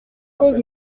cause